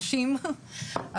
נשים,